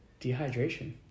Dehydration